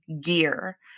gear